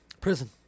prison